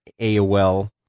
AOL